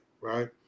right